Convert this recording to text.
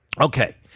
okay